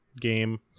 game